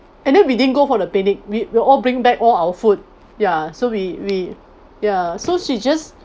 and then we didn't go for the picnic we we all bring back all our food ya so we we ya so she just